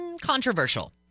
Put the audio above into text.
controversial